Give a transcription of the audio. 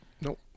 Nope